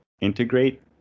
integrate